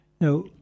now